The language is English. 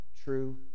true